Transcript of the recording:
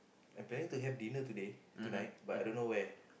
I planning to have dinner today tonight but I don't know where